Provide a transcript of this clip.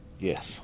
Yes